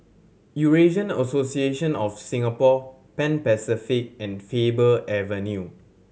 Eurasian Association of Singapore Pan Pacific and Faber Avenue